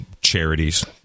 charities